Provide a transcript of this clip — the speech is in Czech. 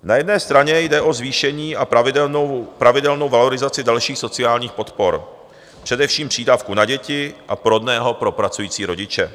Na jedné straně jde o zvýšení a pravidelnou valorizaci dalších sociálních podpor, především přídavku na děti a porodného pro pracující rodiče.